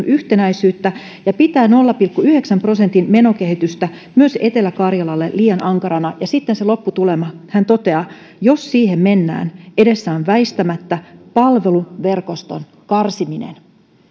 yhtenäisyyttä ja pitää nolla pilkku yhdeksän prosentin menokehitystä myös etelä karjalalle liian ankarana ja sitten se lopputulema hän toteaa jos siihen mennään edessä on väistämättä palveluverkoston karsiminen